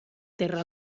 terra